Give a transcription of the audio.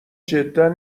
جدا